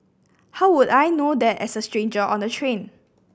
how would I know that as a stranger on the train